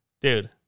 Dude